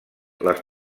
les